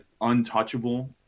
untouchable